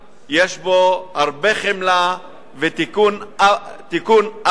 יש בו הרבה חמלה ותיקון עוולה